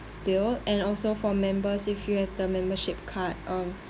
bill and also for members if you have the membership card um